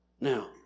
Now